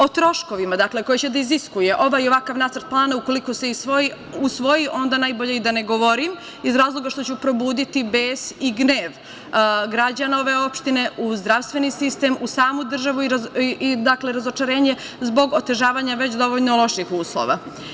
O troškovima koje će da iziskuje ovaj i ovakav nacrt plana ukoliko se usvoji onda najbolje i da ne govorim, iz razloga što ću probuditi bes i gnev građana ove opštine u zdravstveni sistem, u samu državu i razočarenje zbog otežavanja već dovoljno loših uslova.